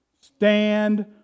Stand